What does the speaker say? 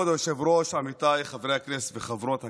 כבוד היושב-ראש, עמיתיי חברי הכנסת וחברות הכנסת,